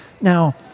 Now